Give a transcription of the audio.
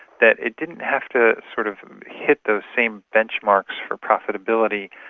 that it didn't have to sort of hit the same benchmarks for profitability.